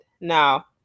now